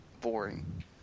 boring